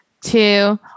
Two